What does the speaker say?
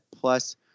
plus